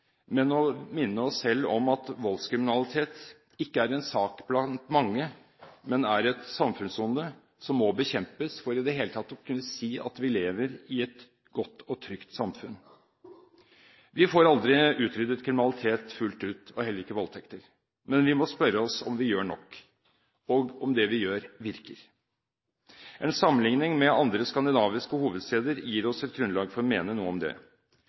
men for å minne oss selv om at voldskriminalitet ikke er en sak blant mange, men et samfunnsonde som må bekjempes for at vi i det hele tatt skal kunne si at vi lever i et godt og trygt samfunn. Vi får aldri utryddet kriminalitet fullt ut og dermed heller ikke voldtekter. Men vi må spørre oss om vi gjør nok, og om det vi gjør, virker. En sammenligning med andre skandinaviske hovedsteder gir oss et grunnlag for å mene noe om det.